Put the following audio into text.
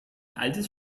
altes